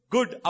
Good